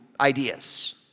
ideas